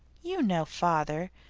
you know father.